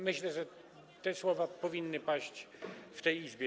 Myślę, że te słowa powinny paść w tej Izbie.